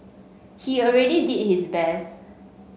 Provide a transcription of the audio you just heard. he already did his best